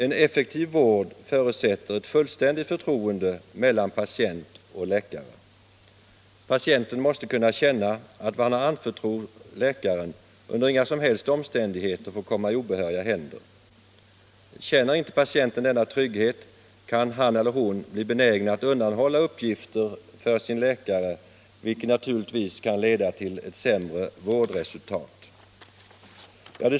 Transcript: En effektiv vård förutsätter ett fullständigt förtroende mellan patient och läkare. Patienten måste kunna känna att vad som anförtros läkaren under inga som helst omständigheter får komma i obehöriga händer. Känner inte patienten denna trygghet kan han eller hon bli benägen att undanhålla uppgifter för sin läkare, vilket naturligtvis kan leda till ett sämre vårdresultat.